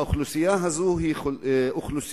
אדוני